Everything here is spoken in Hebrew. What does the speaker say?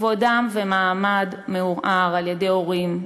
כבודם ומעמדם מעורערים על-ידי הורים,